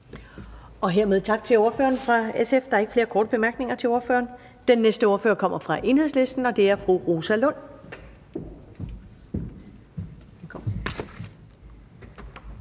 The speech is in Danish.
Hermed tak til ordføreren for SF. Der er ikke flere korte bemærkninger til ordføreren. Den næste ordfører kommer fra Enhedslisten, og det er fru Rosa Lund. Velkommen.